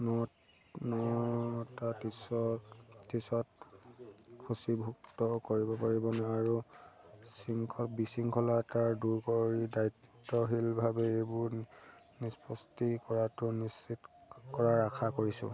ন নটা ত্ৰিছত ত্ৰিছত সূচীভুক্ত কৰিব পাৰিবনে মই বিচি বিশৃংখলতা দূৰ কৰি দায়িত্বশীলভাৱে এইবোৰ নিষ্পত্তি কৰাটো নিশ্চিত কৰাৰ আশা কৰিছোঁ